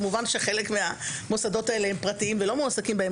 כמובן שחלק מהמוסדות האלה הם פרטיים ולא מועסקים בהם